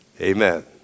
Amen